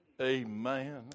Amen